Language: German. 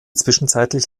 zwischenzeitlich